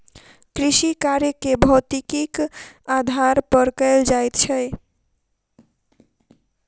कृषिकार्य के भौतिकीक आधार पर कयल जाइत छै